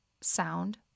sound